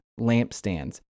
lampstands